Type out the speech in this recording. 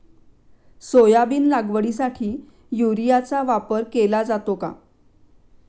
Soybean लागवडीसाठी युरियाचा वापर केला जातो का?